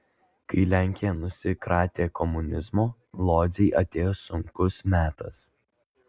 kai lenkija nusikratė komunizmo lodzei atėjo sunkus metas